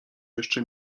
jeszcze